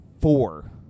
four